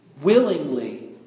willingly